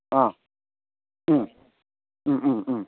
ꯑꯥ ꯎꯝ ꯎꯝ ꯎꯝ ꯎꯝ